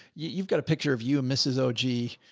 you've got a picture of you and mrs. oji,